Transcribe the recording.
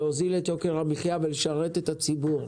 להוזיל את יוקר המחייה ולשרת את הציבור.